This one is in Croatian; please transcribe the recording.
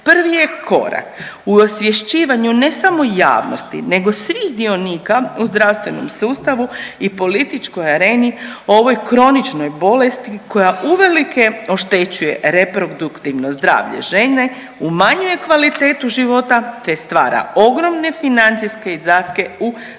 prvi je korak u osvješćivanju ne samo javnosti, nego svih dionika u zdravstvenom sustavu i političkoj areni o ovoj kroničnoj bolesti koja uvelike oštećuje reproduktivno zdravlje žene, umanjuje kvalitetu života te stvara ogromne financijske izdatke u